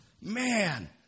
Man